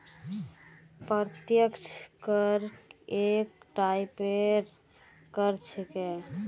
प्रत्यक्ष कर एक टाइपेर कर छिके